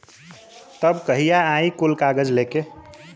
तब कहिया आई कुल कागज़ लेके?